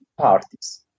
parties